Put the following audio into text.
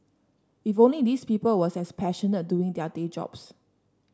if only these people were as passionate doing their day jobs